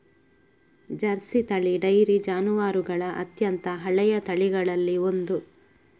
Jersey ತಳಿ dairy ಜಾನುವಾರುಗಳ ಅತ್ಯಂತ ಹಳೆಯ ತಳಿಗಳಲ್ಲಿ ಒಂದು